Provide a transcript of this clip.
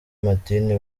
madini